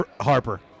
Harper